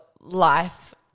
life